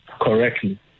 correctly